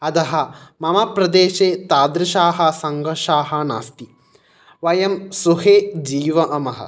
अतः मम प्रदेशे तादृशाः सङ्कर्षाः नास्ति वयं सुखे जीवामः